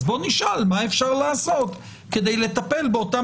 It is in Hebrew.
בואו נשאל מה אפשר לעשות כדי לטפל באותם